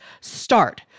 start